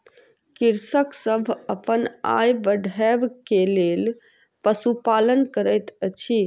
कृषक सभ अपन आय बढ़बै के लेल पशुपालन करैत अछि